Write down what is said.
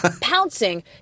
pouncing